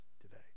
Today